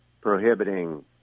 prohibiting